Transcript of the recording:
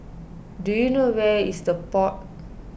do you know where is the Pod